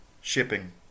Shipping